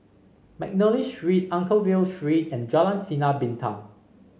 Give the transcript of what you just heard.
McNally Street Anchorvale Street and Jalan Sinar Bintang